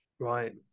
Right